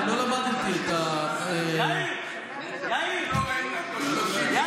אני לא למדתי את, אם לא ראינו אותו, 30